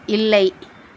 இல்லை